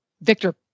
Victor